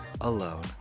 alone